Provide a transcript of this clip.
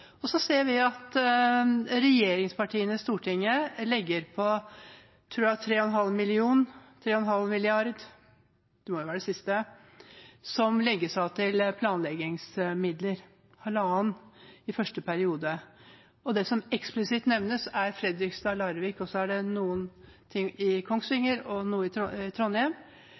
Så ser vi at regjeringspartiene i Stortinget setter av 3,5 mrd. kr – det tror jeg var det siste – til planleggingsmidler, 1,5 mrd. kr i første periode. Det som eksplisitt nevnes, er Fredrikstad–Larvik, og så er det noe i Kongsvinger og noe i